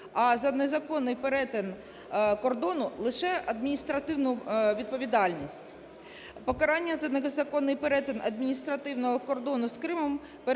а за незаконний перетин кордону – лише адміністративну відповідальність. Покарання за незаконний перетин адміністративного кордону з Кримом